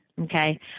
okay